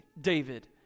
David